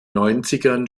neunzigern